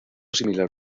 similar